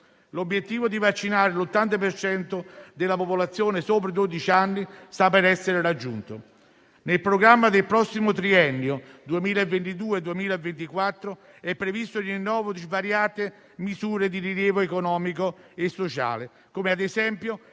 L'obiettivo di vaccinare l'80 per cento della popolazione sopra i dodici anni sta per essere raggiunto. Nel programma del prossimo triennio 2022-2024 è previsto il rinnovo di svariate misure di rilievo economico e sociale, come - ad esempio